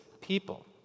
people